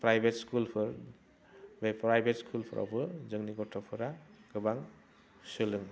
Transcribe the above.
private स्कुलफोर बे private स्कुलफोरावबो जोंनि गथ'फोरा गोबां सोलोङो